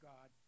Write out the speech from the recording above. God